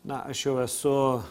na aš jau esu